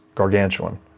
Gargantuan